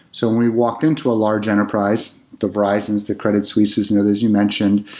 so when we walked into a large enterprise, the verizons, the credit suisses and others you mentioned,